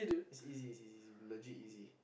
it's easy it's easy legit easy